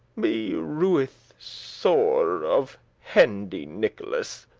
me rueth sore of hendy nicholas